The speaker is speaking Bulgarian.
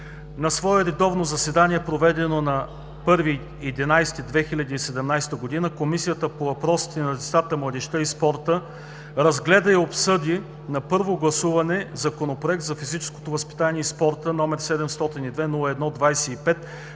На свое редовно заседание, проведено на 01.11.2017 г., Комисията по въпросите на децата, младежта и спорта разгледа и обсъди на първо гласуване Законопроект за физическото възпитание и спорта, № 702-01-25,